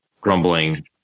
grumbling